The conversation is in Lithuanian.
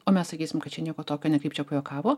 o mes sakysim kad čia nieko tokio ne kaip čia pajuokavo